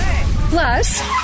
Plus